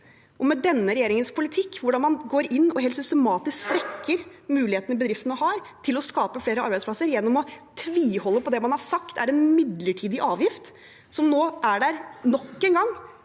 gå til. Denne regjeringens politikk er slik at man går inn og helt systematisk svekker mulighetene bedriftene har til å skape flere arbeidsplasser gjennom å tviholde på det man har sagt er en midlertidig avgift, som nå er der nok en gang